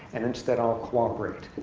and instead, i'll cooperate.